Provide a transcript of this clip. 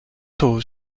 tôt